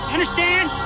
Understand